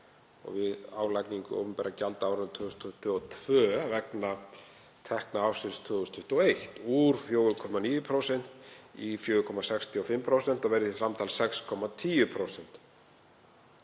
og við álagningu opinberra gjalda árið 2022 vegna tekna ársins 2021 úr 4,9% í 4,65% og verður því samtals 6,10%.